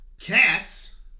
Cats